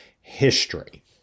history